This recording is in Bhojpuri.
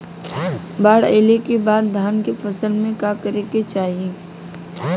बाढ़ आइले के बाद धान के फसल में का करे के चाही?